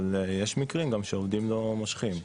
אבל יש מקרים גם שעובדים לא מושכים.